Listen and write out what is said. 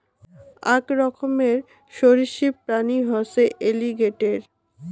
আক রকমের সরীসৃপ প্রাণী হসে এলিগেটের